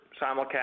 simulcast